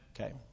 Okay